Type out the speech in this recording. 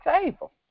table